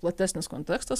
platesnis kontekstas